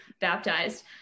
baptized